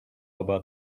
about